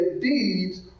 deeds